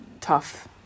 tough